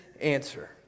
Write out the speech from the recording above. answer